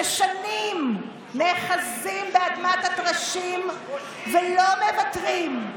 ששנים נאחזים באדמת הטרשים ולא מוותרים,